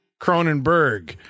cronenberg